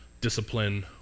discipline